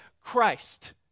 Christ